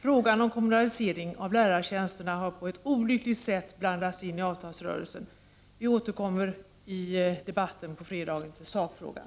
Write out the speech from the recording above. Frågan om komm unalisering av lärartjänsterna har på ett olyckligt sätt blandats in i avtalsrörelsen. Vi återkommer i debatten på fredag till sakfrågan.